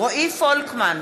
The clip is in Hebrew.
רועי פולקמן,